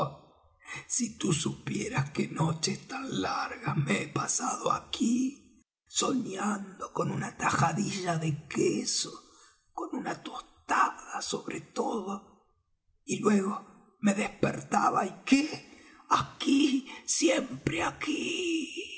si tú supieras qué noches tan largas me he pasado aquí soñando con una tajadilla de queso con una tostada sobre todo y luego me despertaba y qué aquí siempre aquí